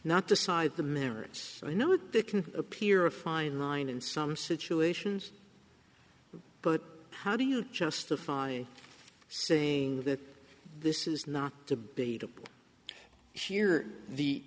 not decide the merits or not they can appear a fine line in some situations but how do you justify saying that this is not to be here the